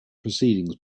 proceedings